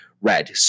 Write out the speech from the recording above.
red